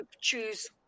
choose